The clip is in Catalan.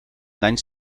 danys